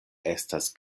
estas